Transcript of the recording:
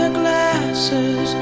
glasses